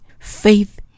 Faith